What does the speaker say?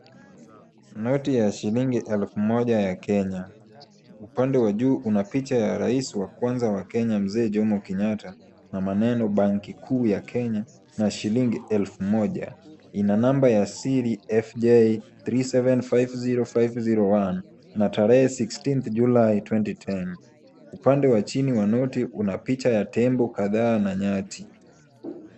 Noti ya shilingi ya elfu Moja ya Kenya , upande wa juu una picha ya rais wa kwanza wa Kenya mzee Jomo Kenyatta, na maneno banki kuu ya Kenya na shilingi elfu Moja , Ina namba ya Siri fj37505001(cs) na tarehe 16th July 2010 (cs) upande wa chini wa noti Kuna tembo kadhaa na nyati.